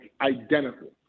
identical